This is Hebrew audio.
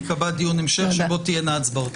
ייקבע דיון המשך שבו תהיינה הצבעות.